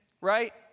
right